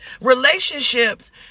Relationships